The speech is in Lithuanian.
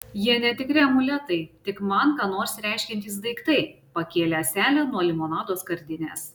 jie netikri amuletai tik man ką nors reiškiantys daiktai pakėlė ąselę nuo limonado skardinės